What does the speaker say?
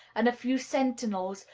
and a few sentinels,